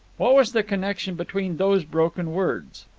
what was the connection between those broken words?